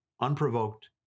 unprovoked